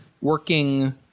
working